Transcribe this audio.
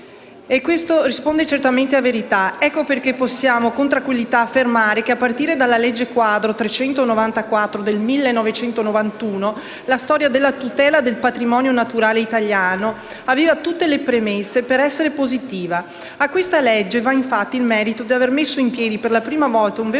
E questo risponde certamente a verità. Ecco perché possiamo con tranquillità affermare che, a partire dalla legge quadro n. 394 del 1991, la storia della tutela del patrimonio naturale italiano aveva tutte le premesse per essere positiva. A questa legge va, infatti, il merito di aver messo in piedi - per la prima volta - un vero